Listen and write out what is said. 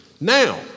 Now